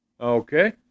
Okay